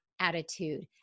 attitude